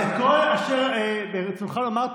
את כל אשר ברצונך לומר,